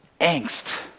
angst